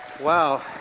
Wow